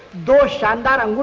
door! shanta!